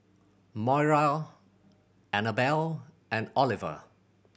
Moira Annabel and Oliver